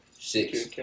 six